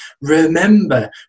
remember